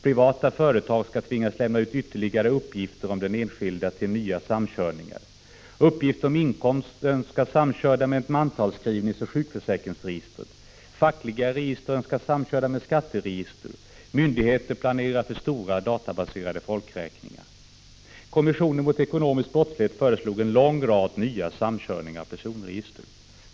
Privata företag skall tvingas lämna ut ytterligare uppgifter om den enskilde till nya samkörningar. Uppgifter om inkomst önskas samkörda med mantalsskrivningsoch sjukförsäkringsregistret. Fackliga register önskas samkörda med skatteregister. Myndigheter planerar för stora databaserade folkräkningar. Kommissionen mot ekonomisk brottslighet föreslog en lång rad nya samkörningar av personregister.